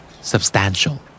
Substantial